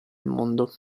mondo